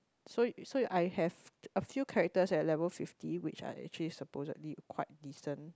so so I have a few characters at level fifty which are actually supposedly quite decent